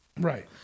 Right